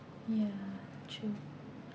ya true